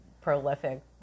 prolific